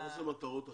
מה זה למטרות אחרות?